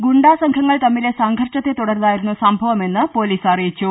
ഗുണ്ടാ സംഘങ്ങൾ തമ്മിലെ സംഘർഷത്തെ തുടർന്നായിരുന്നു സംഭ വമെന്ന് പൊലീസ് അറിയിച്ചു